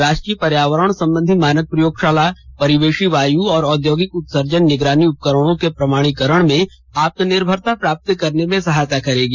राष्ट्रीय पर्यावरण संबंधी मानक प्रयोगशाला परिवेशी वायु और औद्योगिक उत्सर्जन निगरानी उपकरणों के प्रमाणीकरण में आत्मनिर्भरता प्राप्त करने में सहायता करेगी